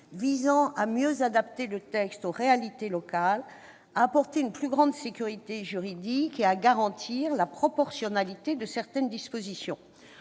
visant à mieux adapter le texte aux réalités locales, à apporter une plus grande sécurité juridique et à garantir la proportionnalité de certaines dispositions.